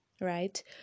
right